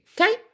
Okay